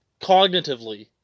cognitively